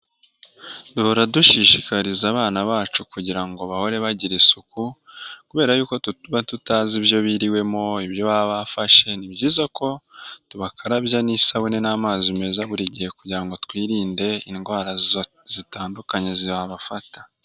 Duhora dushishikariza abana bacu kugira ngo bahore bagira isuku kubera yuko twe tuba tutazi ibyo biriwemo, ibyo babafashe, ni byiza ko tubakarabya n'isabune n'amazi meza buri gihe kugira ngo twirinde indwara zitandukanye zibafata.